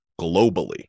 globally